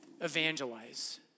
evangelize